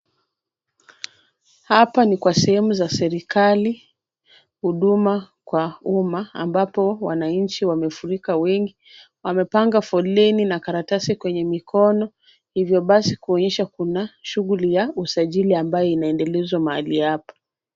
Hapa ni kwa sehemu za serikali, huduma kwa umma ambapo wananchi wamefurika wengi. Wamepanga foleni na karatasi kwenye mikono hivyo basi kuonyesha kuna shughuli ya usajili ambayo inaendelezwa mahali hapa.